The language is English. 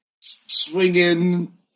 swinging